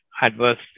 adverse